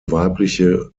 weibliche